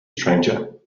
stranger